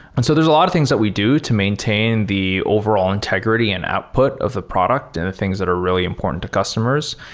and so a lot of things that we do to maintain the overall integrity and output of the product and the things that are really important to customers.